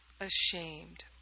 ashamed